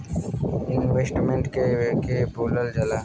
Investment के के बोलल जा ला?